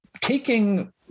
taking